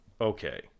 Okay